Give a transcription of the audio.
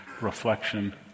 reflection